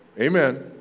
Amen